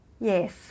yes